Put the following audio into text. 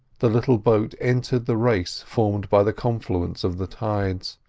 the little boat entered the race formed by the confluence of the tides,